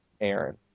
Aaron